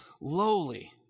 lowly